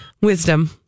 Wisdom